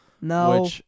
No